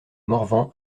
morvan